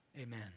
Amen